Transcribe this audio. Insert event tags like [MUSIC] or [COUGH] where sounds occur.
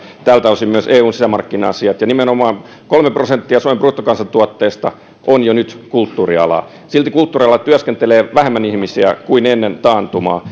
tältä osin myös eun sisämarkkina asiat nimenomaan kolme prosenttia suomen bruttokansantuotteesta on jo nyt kulttuurialaa silti kulttuurialalla työskentelee vähemmän ihmisiä kuin ennen taantumaa [UNINTELLIGIBLE]